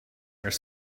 are